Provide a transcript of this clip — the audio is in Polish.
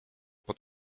pod